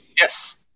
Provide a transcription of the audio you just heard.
Yes